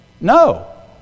No